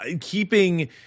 keeping